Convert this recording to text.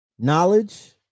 knowledge